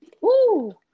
Woo